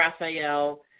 Raphael